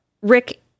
Rick